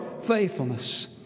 faithfulness